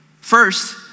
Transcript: First